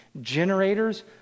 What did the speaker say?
generators